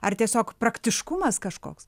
ar tiesiog praktiškumas kažkoks